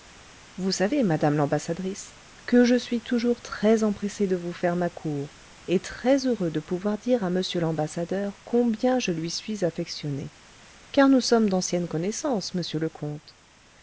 vous savez madame l'ambassadrice que je suis toujours très empressé de vous faire ma cour et très-heureux de pouvoir dire à m l'ambassadeur combien je lui suis affectionné car nous sommes d'anciennes connaissances monsieur